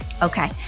Okay